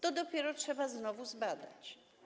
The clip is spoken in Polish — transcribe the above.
To dopiero trzeba znowu zbadać.